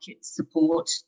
support